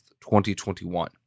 2021